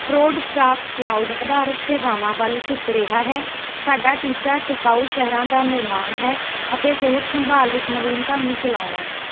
ਕਰੋਡਕ੍ਰਾਫਟ cloud ਅਧਾਰਤ ਸੇਵਾਵਾਂ ਵੱਲ ਝੁਕ ਰਿਹਾ ਹੈ ਸਾਡਾ ਟੀਚਾ ਟਿਕਾਊ ਸ਼ਹਿਰਾਂ ਦਾ ਨਿਰਮਾਣ ਹੈ ਅਤੇ ਸਿਹਤ ਸੰਭਾਲ ਵਿੱਚ ਨਵੀਨਤਾ ਨੂੰ ਚਲਾਉਣਾ ਹੈ